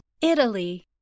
Italy